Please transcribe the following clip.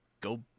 go